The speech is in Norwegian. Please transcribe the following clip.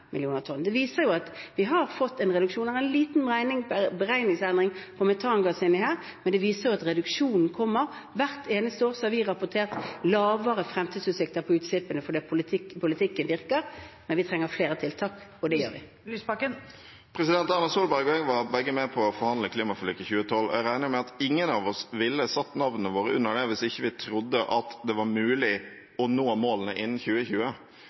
tonn. Det viser at vi har fått en reduksjon. Det er en liten beregningsendring på metangass her, men det viser at reduksjonen kommer. Hvert eneste år har vi rapportert lavere utslipp fordi politikken virker, men vi trenger flere tiltak – og det setter vi i verk. Det blir oppfølgingsspørsmål – først Audun Lysbakken. Erna Solberg og jeg var begge med på å forhandle fram klimaforliket i 2012. Jeg regner med at ingen av oss ville satt navnet vårt under det, hvis vi ikke trodde at det var mulig å nå målene innen 2020.